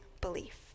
belief